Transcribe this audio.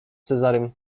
cezarym